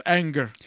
anger